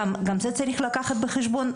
גם את זה צריך לקחת בחשבון.